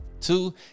Two